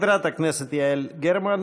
חברת הכנסת יעל גרמן.